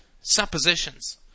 suppositions